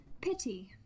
Pity